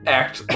act